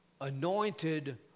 anointed